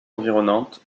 environnantes